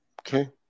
Okay